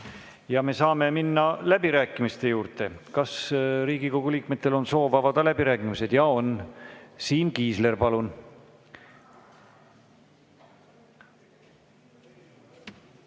Me saame minna läbirääkimiste juurde. Kas Riigikogu liikmetel on soov avada läbirääkimised? Siim Kiisler, palun!